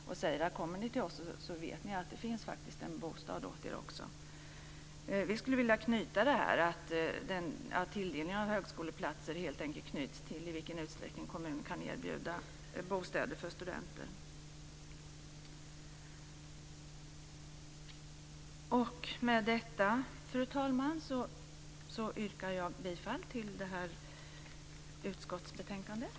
De säger: Kommer ni till oss vet ni att det faktiskt finns en bostad åt er. Vi skulle vilja att tilldelningen av högskoleplatser helt enkelt knöts till i vilken utsträckning kommunen kan erbjuda bostäder för studenter. Med detta, fru talman, yrkar jag bifall till utskottets förslag till beslut i det här betänkandet.